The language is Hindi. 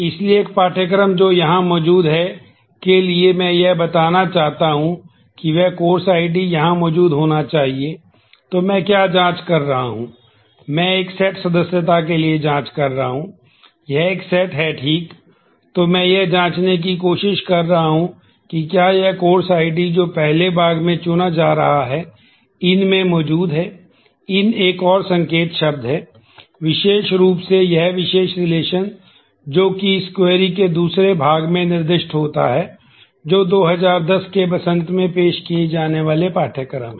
इसलिए एक पाठ्यक्रम जो यहां मौजूद है के लिए मैं यह बताना चाहता हूं कि वह कोर्स आईडी के दूसरे भाग में निर्दिष्ट होता है जो 2010 के वसंत में पेश किए जाने वाले पाठ्यक्रम हैं